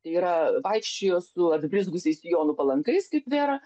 tai yra vaikščiojo su atbrizgusiais sijonų palankais kaip vera